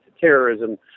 terrorism